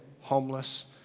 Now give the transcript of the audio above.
homeless